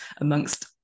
amongst